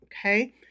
Okay